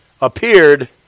appeared